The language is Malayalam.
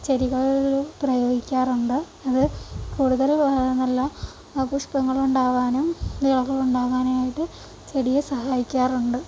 ചെടികളിൽ പ്രയോഗിക്കാറുണ്ട് അത് കൂടുതൽ നല്ല പുഷ്പങ്ങൾ ഉണ്ടാവാനും വിളകൾ ഉണ്ടാകാനുമായിട്ട് ചെടിയെ സഹായിക്കാറുണ്ട്